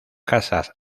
casas